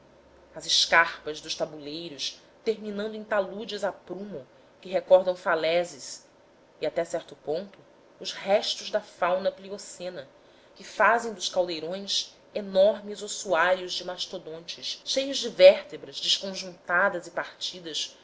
as escarpas dos tabuleiros terminando em taludes a prumo que recordam falésias e até certo ponto os restos da fauna pliocena que fazem dos caldeirões enormes ossuários de mastodontes cheios de vértebras desconjuntadas e partidas